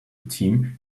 team